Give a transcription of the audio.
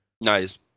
Nice